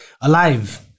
alive